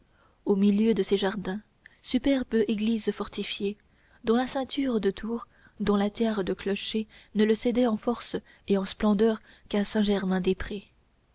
au milieu de ses jardins superbe église fortifiée dont la ceinture de tours dont la tiare de clochers ne le cédaient en force et en splendeur qu'à saint-germain-des-prés